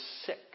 sick